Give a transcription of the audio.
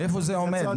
איפה זה עומד?